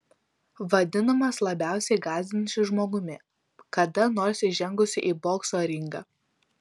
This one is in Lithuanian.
vadinamas labiausiai gąsdinančiu žmogumi kada nors įžengusiu į bokso ringą